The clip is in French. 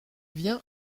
vient